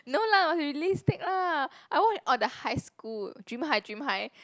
no lah must be realistic lah I watch orh the high school Dream High Dream High